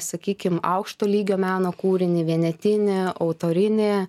sakykim aukšto lygio meno kūrinį vienetinį autorinį